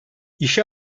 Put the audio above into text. i̇şe